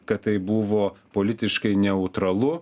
kad tai buvo politiškai neutralu